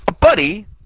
Buddy